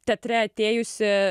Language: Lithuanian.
teatre atėjusi